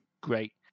great